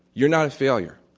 you're not a failure,